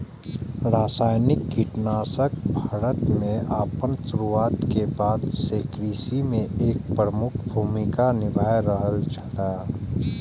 रासायनिक कीटनाशक भारत में आपन शुरुआत के बाद से कृषि में एक प्रमुख भूमिका निभाय रहल छला